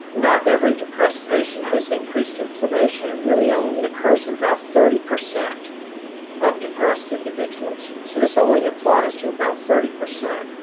not every depressed patient has increased inflammation. it really only occurs in about thirty percent of depressed individuals. so this only applies to about thirty percent.